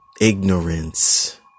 ignorance